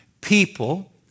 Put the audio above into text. People